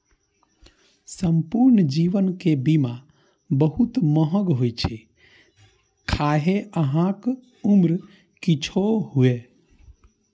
संपूर्ण जीवन के बीमा बहुत महग होइ छै, खाहे अहांक उम्र किछुओ हुअय